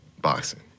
boxing